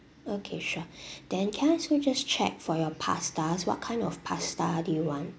okay sure then can I ask you just check for your pastas what kind of pasta do you want